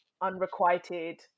Unrequited